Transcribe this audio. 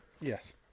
Yes